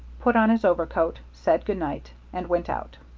put on his overcoat, said good-night, and went out.